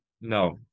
No